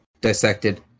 dissected